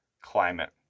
climate